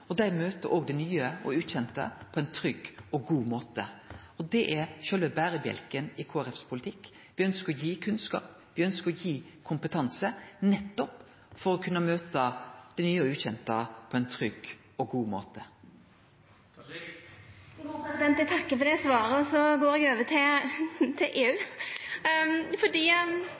og dei møter òg det nye og ukjende på ein trygg og god måte. Det er sjølve berebjelken i Kristeleg Folkepartis politikk. Me ønskjer å gi kunnskap, me ønskjer å gi kompetanse, nettopp for å kunne møte det nye og ukjende på ein trygg og god måte. Eg takkar for det svaret, og så går eg over til EU.